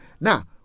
now